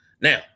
Now